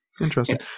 Interesting